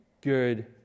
good